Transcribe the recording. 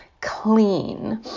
clean